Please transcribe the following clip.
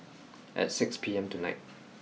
at six P M tonight